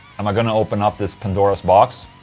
am i gonna open up this pandora's box?